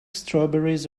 strawberries